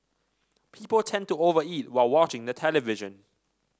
people tend to over eat while watching the television